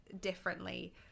differently